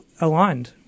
aligned